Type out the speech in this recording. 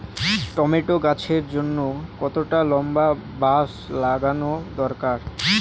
Tomato গাছের জন্যে কতটা লম্বা বাস লাগানো দরকার?